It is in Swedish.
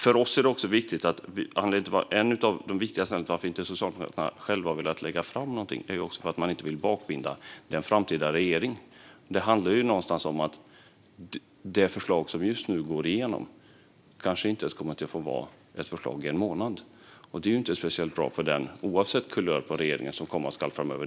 En av de viktigaste anledningarna till att vi i Socialdemokraterna inte själva har velat lägga fram någonting är för att vi inte har velat bakbinda en framtida regering. Det handlar någonstans om att det förslag som just nu går igenom kanske inte ens kommer att gälla i en månad. Det är inte speciellt bra för den regering oavsett kulör som komma skall framöver.